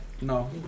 No